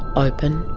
open.